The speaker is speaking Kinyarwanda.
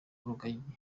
rugagi